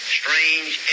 strange